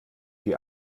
wie